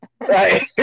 right